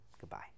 Goodbye